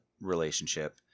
relationship